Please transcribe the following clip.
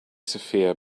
sophia